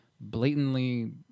blatantly